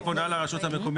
היא פונה לרשות המקומית.